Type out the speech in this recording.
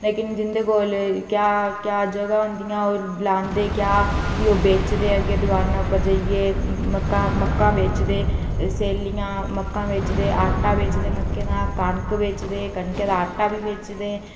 लेकिन जिंदे कोल क्या क्या जगह् होंदियां ओह् लांदे ते भी ओह् बेचदे दकानें पर जाइयै ते मक्कां बेचदे सैल्लियां मक्कां बेचदे आटा बेचदे मक्कां दा ते कनक बेचदे कनकै दा आटा बेचदे